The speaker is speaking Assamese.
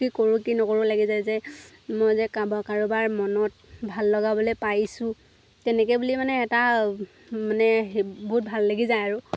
কি কৰোঁ কি নকৰোঁ লাগি যায় যে মই যে কাবাৰ কাৰোবাৰ মনত ভাল লগাবলৈ পাৰিছো তেনেকৈ বুলি মানে এটা মানে বহুত ভাল লাগি যায় আৰু